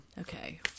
Okay